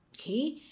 okay